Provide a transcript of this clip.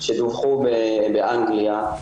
שדווחו באנגליה,